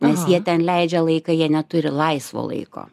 nes jie ten leidžia laiką jie neturi laisvo laiko